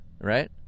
right